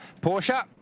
Porsche